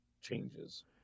changes